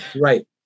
Right